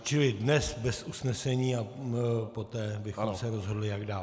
Čili dnes bez usnesení a poté bychom se rozhodli, jak dál.